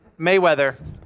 Mayweather